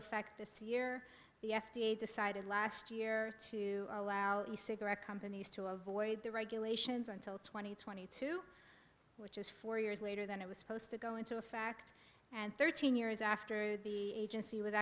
effect this year the f d a decided last year to allow the cigarette companies to avoid the regulations until twenty twenty two which is four years later than it was supposed to go into effect and thirteen years after the agency was